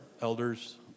elders